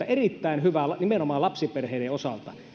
erittäin hyviä nimenomaan lapsiperheiden osalta